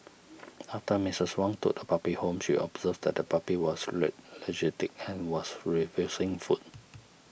after Missus Wong took the puppy home she observed that the puppy was lethargic and was refusing food